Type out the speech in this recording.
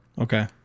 Okay